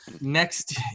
Next